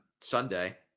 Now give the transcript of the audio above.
Sunday